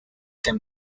can